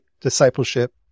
discipleship